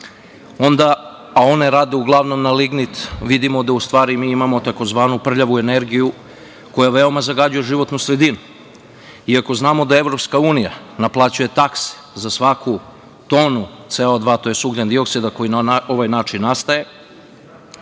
a one rade uglavnom na lignit, vidimo da u stvari mi imamo tzv. prljavu energiju koja veoma zagađuje životnu sredinu. Ako znamo da EU naplaćuje takse za svaku tonu CO2, tj. ugljendioksida koji na ovaj način nastaje,